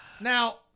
Now